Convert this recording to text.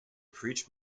preach